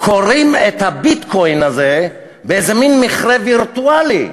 כורים את ה"ביטקוין" הזה באיזה מין מכרה וירטואלי.